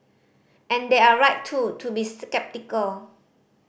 and they're right too to be sceptical